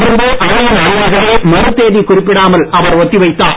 தொடர்ந்து அவையின் அலுவல்களை மறுதேதி குறிப்பிடாமல் அவர் ஒத்தி வைத்தார்